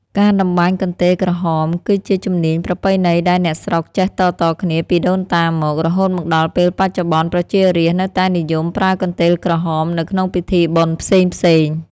ការតម្បាញកន្ទេលក្រហមគឺជាជំនាញប្រពៃណីដែលអ្នកស្រុកចេះតៗគ្នាពីដូនតាមក រហូតមកដល់ពេលបច្ចុប្បន្នប្រជារាស្ត្រនៅតែនិយមប្រើកន្ទេលក្រហមនៅក្នុងពិធីបុណ្យផ្សេងៗ ។